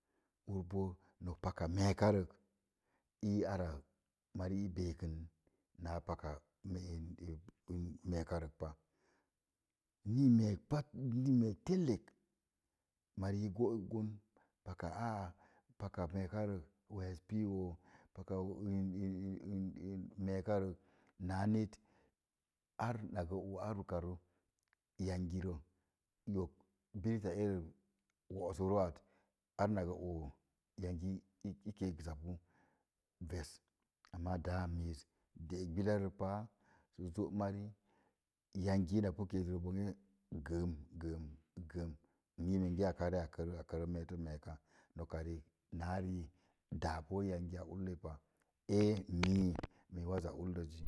Ur bó paka mee ka rək ii ora i berikən na paka mee ka rək pa. N mei n mee telle mari i gó gon nok paka in in meeka rək ar na oo naa nit yangi. rə i og ziz a eg wooso roo ak ar na bo oo yangi i kee kəsapu ves amma eléé miiz dəak billa rə páá sə zo mari yangi ina pu kee rə doosə bongə gən gən n ii menge aka ree aka latə maka na rii dáá yangi ulei pa a mii waza ullez zi.